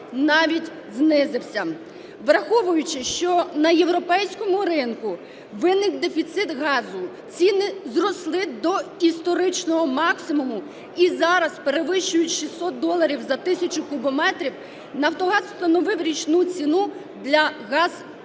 Враховуючи, що на європейському ринку виник дефіцит газу, ціни зросли до історичного максимуму і зараз перевищують 600 доларів за тисячу кубометрів Нафтогаз встановив річну ціну на газ